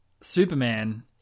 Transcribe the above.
Superman